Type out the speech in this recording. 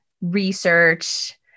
research